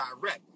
direct